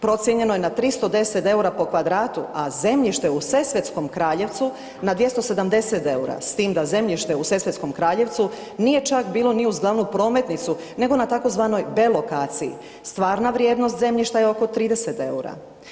Procijenjeno je na 310 EUR-a po kvadratu, a zemljište u Sesvetskom Kraljevcu na 270 EUR-a s tim da zemljište u Sesvetskom Kraljevcu nije čak bilo ni uz glavnu prometnicu nego na tzv. B lokaciji, stvarna vrijednost zemljišta je oko 30 EUR-a.